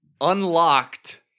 unlocked